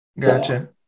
Gotcha